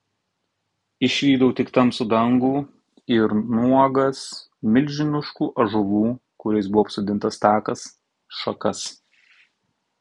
išvydau tik tamsų dangų ir nuogas milžiniškų ąžuolų kuriais buvo apsodintas takas šakas